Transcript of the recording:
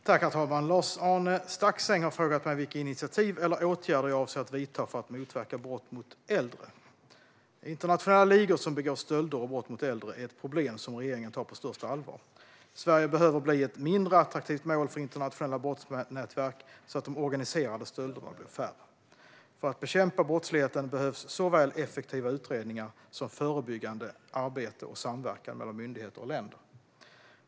Herr talman! Lars-Arne Staxäng har frågat mig vilka initiativ eller åtgärder jag avser att vidta för att motverka brott mot äldre. Internationella ligor som begår stölder och brott mot äldre är ett problem som regeringen tar på största allvar. Sverige behöver bli ett mindre attraktivt mål för internationella brottsnätverk så att de organiserade stölderna blir färre. För att bekämpa brottsligheten behövs såväl effektiva utredningar som förebyggande arbete och samverkan mellan myndigheter och länder.